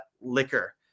Liquor